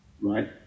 right